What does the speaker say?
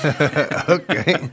Okay